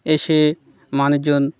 এসে মানুষজন